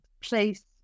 place